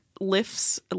lifts